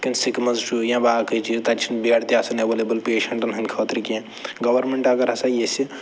یِتھ کٔنۍ سِکمٕز چھُ یا باقٕے چیٖز تَتہِ چھِنہٕ بٮ۪ڈ تہِ آسان اٮ۪ویلیبٕل پیشَنٹَن ہٕنٛدۍ خٲطرٕ کیٚنہہ گورمٮ۪نٛٹ اگر ہسا ییٚژھِ